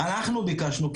אנחנו ביקשנו,